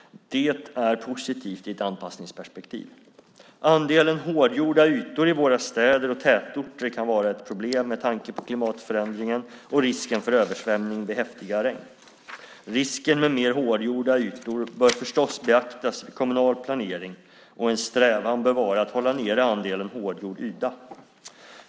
Detta är positivt i ett anpassningsperspektiv. Andelen hårdgjorda ytor i våra städer och tätorter kan vara ett problem med tanke på klimatförändringen och risken för översvämning vid häftiga regn. Risken med mer hårdgjorda ytor bör förstås beaktas vid kommunal planering, och en strävan bör vara att hålla nere andelen hårdgjord yta.